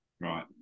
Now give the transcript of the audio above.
Right